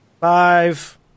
Five